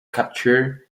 captured